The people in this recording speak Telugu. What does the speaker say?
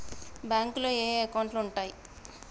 బ్యాంకులో ఏయే అకౌంట్లు ఉంటయ్?